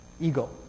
ego